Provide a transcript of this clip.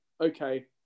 Okay